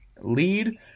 lead